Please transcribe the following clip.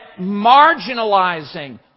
marginalizing